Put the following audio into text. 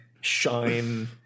shine